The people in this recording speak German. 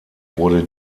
wurde